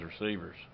receivers